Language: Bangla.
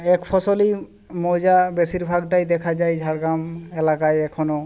এক ফসলি মৌজা বেশিরভাগটাই দেখা যায় ঝাড়গ্রাম এলাকায় এখনও